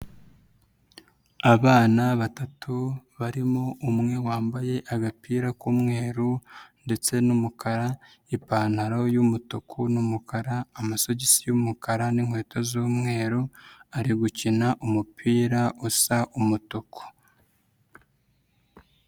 Abana batatu barimo umwe wambaye agapira k'umweru ndetse n'umukara, ipantaro y'umutuku n'umukara, amasogisi y'umukara n'inkweto z'umweru ari gukina umupira usa umutuku.